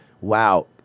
Wow